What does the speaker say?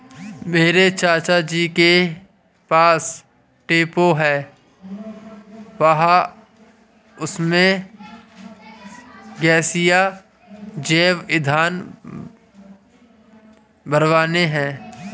मेरे चाचा जी के पास टेंपो है वह उसमें गैसीय जैव ईंधन भरवाने हैं